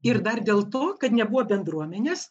ir dar dėl to kad nebuvo bendruomenės